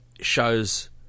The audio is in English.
shows